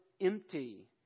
empty